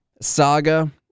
saga